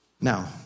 Now